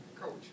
Coach